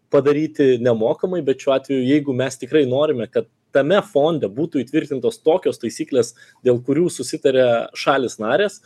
padaryti nemokamai bet šiuo atveju jeigu mes tikrai norime kad tame fonde būtų įtvirtintos tokios taisyklės dėl kurių susitaria šalys narės